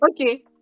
okay